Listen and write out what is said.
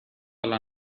alla